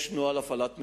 יש נוהל הפעלת מדובבים,